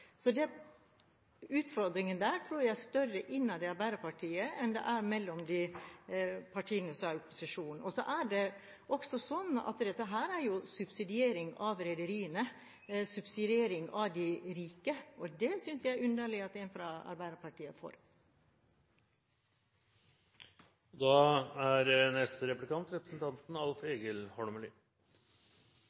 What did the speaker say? Så utfordringen der tror jeg er større innad i Arbeiderpartiet enn den er mellom de partiene som er i opposisjon. Så er det også sånn at dette er jo subsidiering av rederiene, subsidiering av de rike. Det synes jeg er underlig at en fra Arbeiderpartiet er